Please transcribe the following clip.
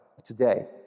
today